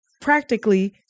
practically